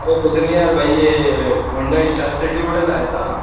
अरे कुछ नहीं यार भाई ये होंडा इस्टाल शिटी ओटल आया था